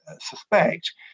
suspect